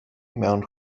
mewn